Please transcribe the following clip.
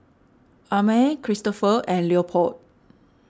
Amare Kristofer and Leopold